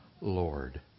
Lord